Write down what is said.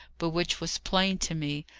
but which was plain to me,